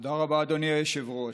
תודה רבה, אדוני היושב-ראש.